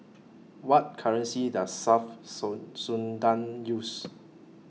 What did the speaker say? What currency Does South Sudan use